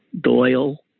Doyle